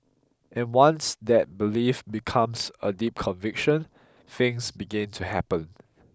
and once that belief becomes a deep conviction things begin to happen